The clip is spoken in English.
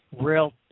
real